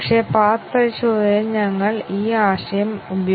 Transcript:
അതിനാൽ ഇവിടെ മൂന്ന് ആവശ്യകതകൾ ഉണ്ട്